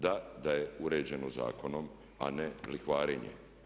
Da, da je uređeno zakonom a ne lihvarenje.